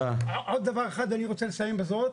עוד דבר אחד ואני רוצה לסיים בזאת.